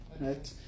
right